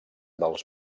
dels